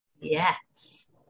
yes